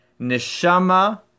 neshama